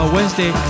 Wednesday